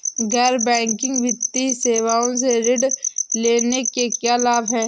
गैर बैंकिंग वित्तीय सेवाओं से ऋण लेने के क्या लाभ हैं?